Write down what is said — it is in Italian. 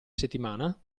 settimana